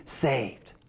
saved